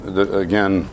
again